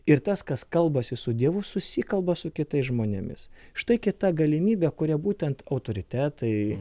ir tas kas kalbasi su dievu susikalba su kitais žmonėmis štai kita galimybė kuria būtent autoritetai